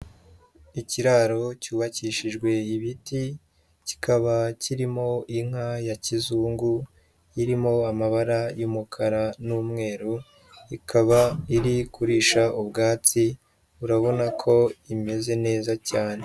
Ikiraro cyubakishijwe ibiti, kikaba kirimo inka ya kizungu, irimo amabara y'umukara n'umweru, ikaba iri kurisha ubwatsi, urabona ko imeze neza cyane.